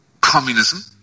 communism